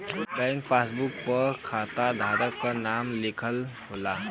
bank passbook पे खाता धारक क नाम लिखल होला